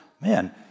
man